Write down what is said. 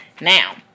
Now